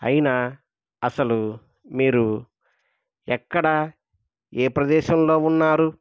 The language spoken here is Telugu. అయినా అసలు మీరు ఎక్కడ ఏ ప్రదేశంలో ఉన్నారు